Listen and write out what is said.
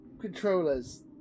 Controllers